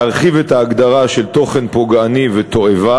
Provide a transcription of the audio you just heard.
להרחיב את ההגדרה של תוכן פוגעני ותועבה